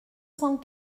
cent